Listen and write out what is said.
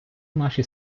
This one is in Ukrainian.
наші